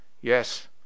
Yes